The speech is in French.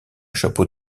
chapeau